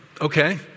okay